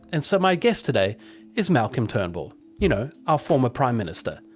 and so my guest today is malcolm turnbull, you know, our former prime minister,